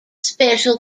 special